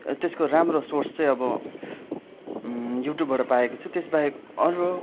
त्यसको राम्रो सोर्स चाहिँ युट्युबबाट पाएको छु त्यसबाहेक अरू